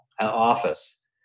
Office